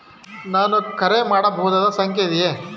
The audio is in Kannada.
ನಾನು ಕರೆ ಮಾಡಬಹುದಾದ ಸಂಖ್ಯೆ ಇದೆಯೇ?